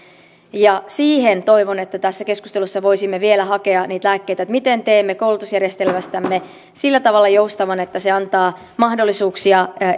ja toivon että tässä keskustelussa voisimme vielä hakea lääkkeitä siihen miten teemme koulutusjärjestelmästämme sillä tavalla joustavan että se antaa mahdollisuuksia